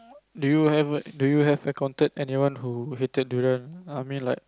do you have do you have encountered anyone who hated durian I mean like